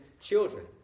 children